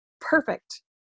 perfect